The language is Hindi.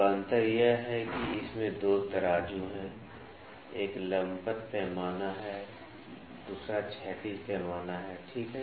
तो अंतर यह है कि इसमें 2 तराजू हैं एक लंबवत पैमाना है दूसरा क्षैतिज पैमाना है ठीक है